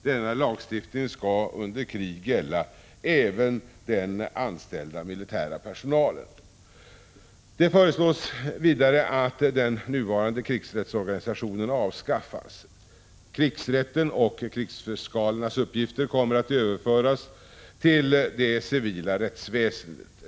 Denna lagstiftning skall under krig gälla även den anställda militära personalen. Det föreslås vidare att den nuvarande krigsrättsorganisationen avskaffas. Krigsrätten och krigsfiskalernas uppgifter kommer att överföras till det civila rättsväsendet.